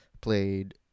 played